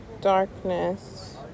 darkness